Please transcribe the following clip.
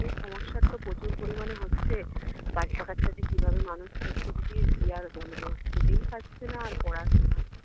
এই সমস্যাটা তো প্রচুর পরিমাণে হচ্ছে বাচ্চা কাচ্চা যে কীভাবে মানুষ করছি দিদি কি আর বলবো খেতেই পাচ্ছে না আর পড়াশুনা